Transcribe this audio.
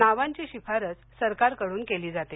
नावांची शिफारस सरकारकडून केली जाते